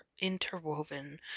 interwoven